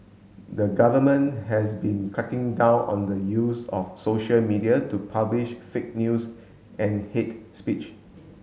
the government has been cracking down on the use of social media to publish fake news and hate speech